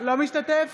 לא משתתף